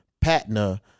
Patna